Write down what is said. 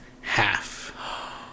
half